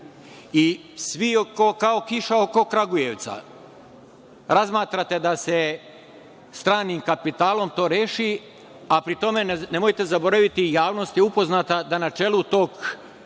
Svi kao kiša oko Kragujevca razmatrate da se stranim kapitalom to reši, a pri tome nemojte zaboraviti da je javnost upoznata da na čelu tog preduzeća